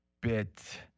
bit